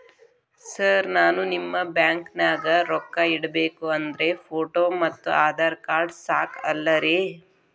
Sir ನಾನು ನಿಮ್ಮ ಬ್ಯಾಂಕನಾಗ ರೊಕ್ಕ ಇಡಬೇಕು ಅಂದ್ರೇ ಫೋಟೋ ಮತ್ತು ಆಧಾರ್ ಕಾರ್ಡ್ ಸಾಕ ಅಲ್ಲರೇ?